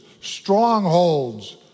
strongholds